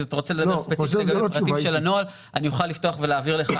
אתה רוצה לדבר ספציפית לגבי הפרטים של הנוהל אני אוכל לפתוח ולהעביר לך.